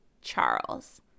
Charles